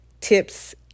tips